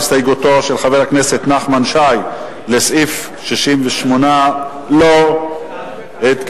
הסתייגותו של חבר הכנסת נחמן שי לסעיף 68 לא התקבלה.